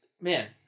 man